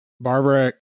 Barbara